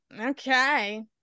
okay